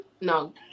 No